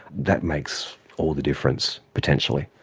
that makes all the difference potentially.